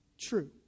True